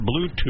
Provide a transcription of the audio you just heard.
bluetooth